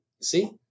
See